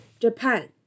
Japan